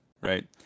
right